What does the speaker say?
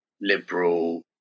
liberal